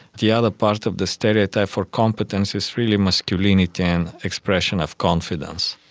the other part of the stereotype for competence is really masculinity and expression of confidence.